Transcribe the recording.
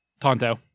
Tonto